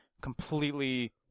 completely